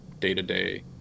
day-to-day